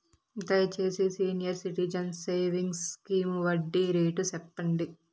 దయచేసి senior citizens savings scheme వడ్డీ rate సెప్పండి